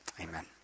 amen